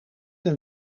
een